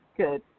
good